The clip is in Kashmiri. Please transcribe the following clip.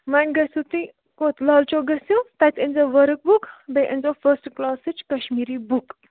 ونۍ گٔژھِو تُہۍ کوٚت لال چوک گٔژھِو تتہ أنِو ؤرک بُک بیٚیہِ أنۍ زیٚو فٔسٹ کلاسچ کشمیٖری بُک